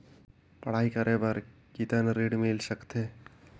पढ़ाई करे बार कितन ऋण मिल सकथे?